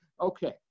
Okay